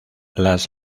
las